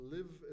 Live